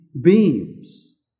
beams